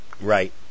right